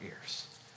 ears